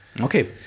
okay